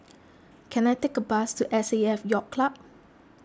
can I take a bus to S A F Yacht Club